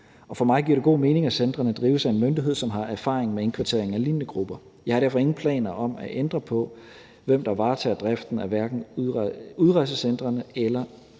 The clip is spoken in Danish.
for mig giver det god mening, at centrene drives af en myndighed, som har erfaring med indkvartering af lignende grupper. Jeg har derfor ingen planer om at ændre på, hvem der varetager driften af hverken udrejsecentrene eller